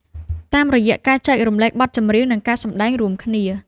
តាមរយៈការចែករំលែកបទចម្រៀង និងការសម្តែងរួមគ្នា។